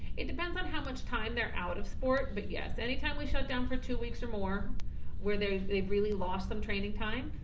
it depends on how much time they're out of sport but yes, anytime we shut down for two weeks or more where they've they've really lost some training time,